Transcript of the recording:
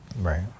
Right